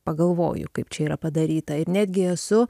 pagalvoju kaip čia yra padaryta ir netgi esu